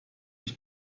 ich